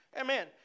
Amen